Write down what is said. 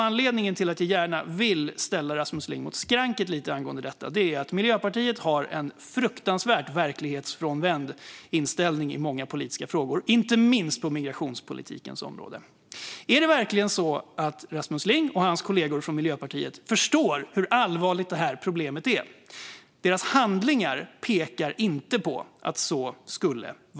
Anledningen till att jag gärna vill ställa Rasmus Ling lite mot skranket angående detta är att Miljöpartiet har en fruktansvärt verklighetsfrånvänd inställning i många politiska frågor, inte minst på migrationspolitikens område. Är det verkligen så att Rasmus Ling och hans kollegor från Miljöpartiet förstår hur allvarligt detta problem är? Deras handlingar pekar inte på att så är fallet.